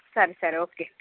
సరే సరే ఒకే